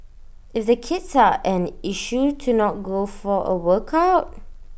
if the kids are an issue to not go for A workout